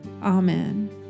Amen